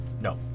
No